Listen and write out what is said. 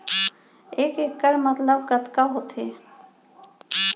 एक इक्कड़ मतलब कतका होथे?